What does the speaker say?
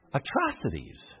atrocities